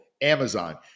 amazon